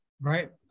Right